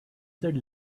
said